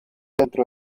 dentro